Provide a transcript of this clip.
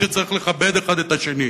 שצריך לכבד אחד את השני,